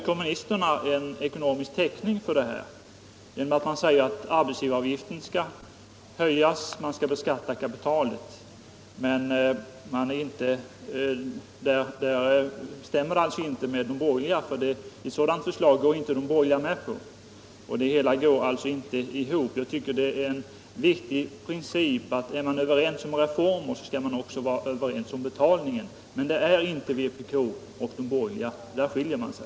Kommunisterna har en ekonomisk täckning för höjningen genom att de föreslår att arbetsgivaravgiften skall höjas och att man skall beskatta kapitalet. Där stämmer det alltså inte med de borgerliga, för ett sådant förslag går inte de borgerliga med på. Det hela går alltså inte ihop. Jag tycker att det är en riktig princip att när man är överens om reformer skall man också vara överens om betalningen, men det är inte vpk och de borgerliga, utan där skiljer man sig.